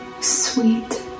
sweet